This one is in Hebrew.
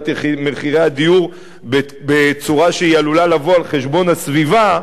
מחירי הדיור בצורה שעלולה לבוא על חשבון הסביבה,